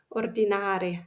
ordinare